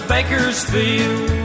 Bakersfield